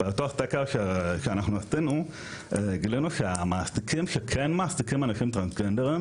באותו סקר שאנחנו עשינו גילינו שהמעסיקים שכן מעסיקים אנשים טרנסג'נדרים